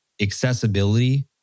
accessibility